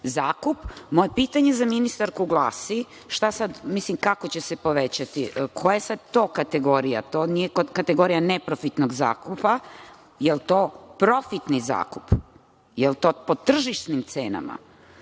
zakup. Moje pitanje za ministarku glasi – kako će se povećati, koja je sada to kategorija? To nije kategorija neprofitnog zakupa. Da li je to profitni zakup? Da li je to po tržišnim cenama?